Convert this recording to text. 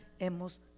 hemos